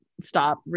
stop